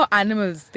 animals